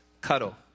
cuddle